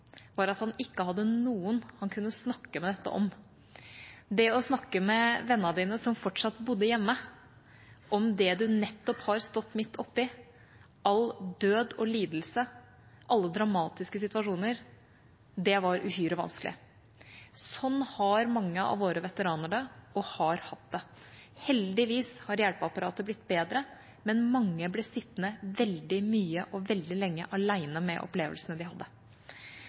var at han ikke hadde noen han kunne snakke med dette om. Det å snakke med vennene sine, som fortsatt bodde hjemme, om det man nettopp hadde stått midt oppe i, all død og lidelse, alle dramatiske situasjoner, var uhyre vanskelig. Sånn har mange av våre veteraner det – og har hatt det. Heldigvis har hjelpeapparatet blitt bedre, men mange ble sittende veldig mye og veldig lenge alene med opplevelsene de hadde.